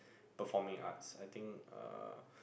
performing arts I think uh